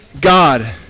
God